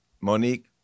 Monique